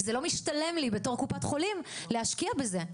זה לא משתלם לי בתור קופת חולים להשקיע בזה,